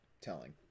telling